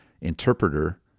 interpreter